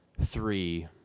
three